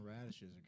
radishes